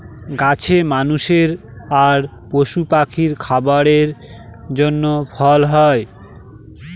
গাছে মানুষের আর পশু পাখির খাবারের জন্য ফল হয়